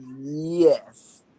Yes